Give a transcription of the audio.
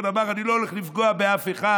ואמר: אני לא הולך לפגוע באף אחד,